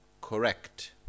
correct